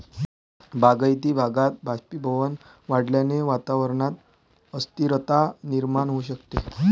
बागायती भागात बाष्पीभवन वाढल्याने वातावरणात अस्थिरता निर्माण होऊ शकते